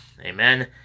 Amen